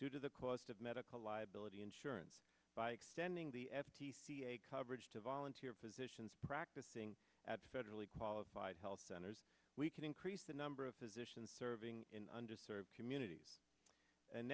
due to the cost of medical liability insurance by extending the f t c a coverage to volunteer positions practicing at federally qualified health centers we can increase the number of physicians serving in under served communities and